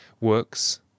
Works